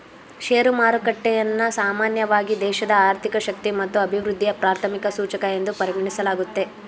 share ಮಾರುಕಟ್ಟೆಯನ್ನ ಸಾಮಾನ್ಯವಾಗಿ ದೇಶದ ಆರ್ಥಿಕ ಶಕ್ತಿ ಮತ್ತು ಅಭಿವೃದ್ಧಿಯ ಪ್ರಾಥಮಿಕ ಸೂಚಕ ಎಂದು ಪರಿಗಣಿಸಲಾಗುತ್ತೆ